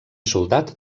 soldat